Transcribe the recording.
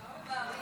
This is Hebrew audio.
אנחנו לא ממהרים